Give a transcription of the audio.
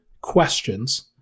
questions